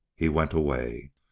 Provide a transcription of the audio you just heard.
he went away.